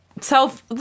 self